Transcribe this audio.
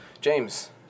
James